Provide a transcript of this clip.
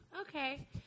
Okay